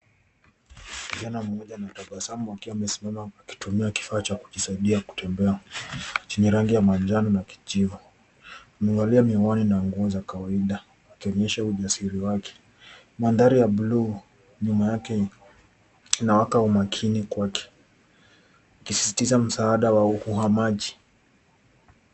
Kijana mmoja anatabasamu akiwa amesimama akitumia kifaa cha kujisaidia kutembea chenye rangi ya manjano na kijivu. Amevalia miwani na nguo za kawaida akionyesha ujasiri wake. Mandhari ya buluu nyuma yake inawaka umakini kwake ukisisitiza msaada wa uhamaji.